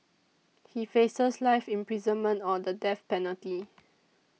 he faces life imprisonment or the death penalty